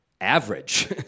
average